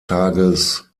tages